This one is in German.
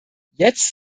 jetzt